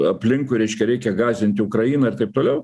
aplinkui reiškia reikia gąsdinti ukrainą ir taip toliau